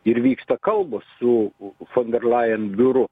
ir vyksta kalbos su fon der laen biuru